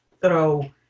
throw